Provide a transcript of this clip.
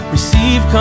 Receive